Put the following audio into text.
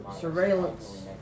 surveillance